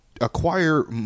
acquire